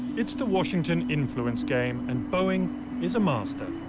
it's the washington influence game and boeing is a master.